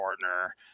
partner